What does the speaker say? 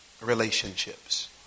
relationships